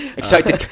excited